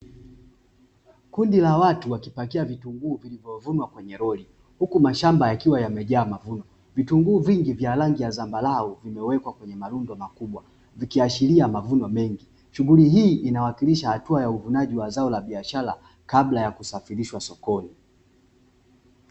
Kundi la watu wakipakia vitunguu kwenye lori huku vitunguu vikiwa ni vya idadi kubwa